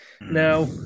Now